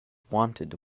wanted